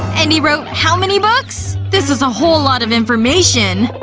and he wrote how many books? this is a whole lot of information.